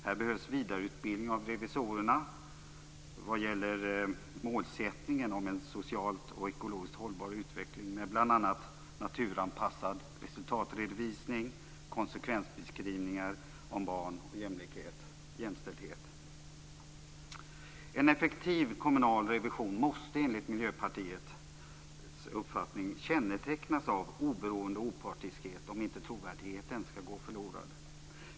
Här behövs vidareutbildning av revisorerna vad gäller målsättningen om en socialt och ekologiskt hållbar utveckling med bl.a. naturanpassad resultatredovisning, konsekvensbeskrivningar om barn, jämlikhet och jämställdhet. En effektiv kommunal revision måste, enligt Miljöpartiets uppfattning, kännetecknas av oberoende och opartiskhet om inte trovärdigheten skall gå förlorad.